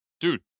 dude